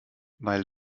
weil